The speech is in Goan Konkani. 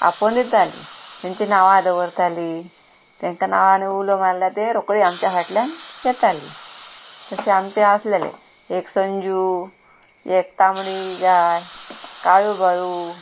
आपोवन दितालीं तेंची नांवां दवरतालीं तेंकां नांवांनी उलो मारल्यार ते रोखडीं आमच्या फाटल्यान येतालीं तशें आमचें आसलेलें एक संजू एक तांबडी गाय काळूबाळू